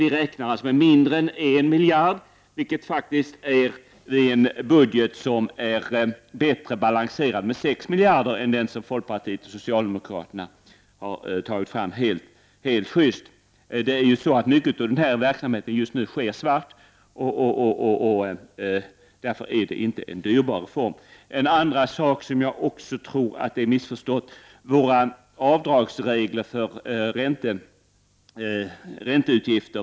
Vi räknar med mindre än 1 miljard i en budget som är 6 miljarder bättre balanserad än den som folkpartiet och socialdemokraterna har tagit fram. Mycket av den här verksamheten bedrivs svart. Därför är det inte någon dyrbar reform. En annan sak som också har missuppfattats är våra avdragsregler för ränteutgifter.